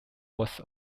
was